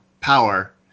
power